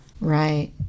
right